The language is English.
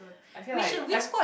I feel like I've